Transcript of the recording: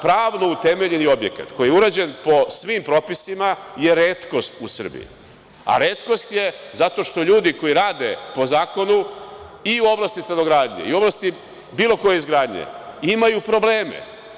Pravno utemeljeni objekat koji je urađen po svim propisima je retkost u Srbiji, a retkost je zato što ljudi koji rade po zakonu i u oblasti stanogradnje i u oblasti bilo koje izgradnje imaju probleme.